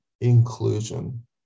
inclusion